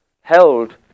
held